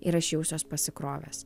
ir aš jausiuos pasikrovęs